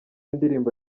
ndirimbo